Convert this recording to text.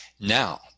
now